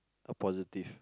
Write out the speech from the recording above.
a positive